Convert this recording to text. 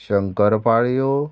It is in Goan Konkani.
शंकर पाळयो